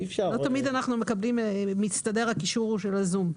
לא תמיד אנחנו מקבלים את הקישור של ה-זום.